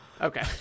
Okay